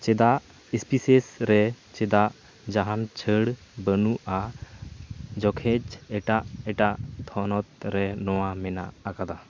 ᱪᱮᱫᱟᱜ ᱤᱥᱯᱤᱥᱮᱥᱨᱮ ᱪᱮᱫᱟᱜ ᱡᱟᱦᱟᱱ ᱪᱷᱟᱹᱲ ᱵᱟᱹᱱᱩᱜᱼᱟ ᱡᱚᱠᱷᱮᱡ ᱮᱴᱟᱜᱼᱮᱴᱟᱜ ᱛᱷᱚᱱᱚᱛᱨᱮ ᱱᱚᱣᱟ ᱢᱮᱱᱟᱜ ᱟᱠᱟᱫᱟ